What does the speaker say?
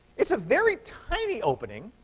it's a very tiny opening,